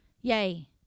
yay